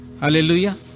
hallelujah